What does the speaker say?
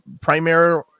primary